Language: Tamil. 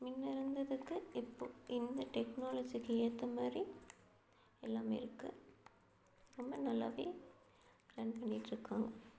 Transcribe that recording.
முன்ன இருந்ததுக்கு இப்போது இந்த டெக்னாலஜிக்கு ஏற்ற மாதிரி எல்லாம் இருக்குது ரொம்ப நல்லா ரன் பண்ணிட்டுருக்காங்க